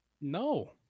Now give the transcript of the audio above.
No